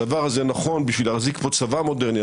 הדבר הזה נכון בשביל להחזיק פה צבא מודרני,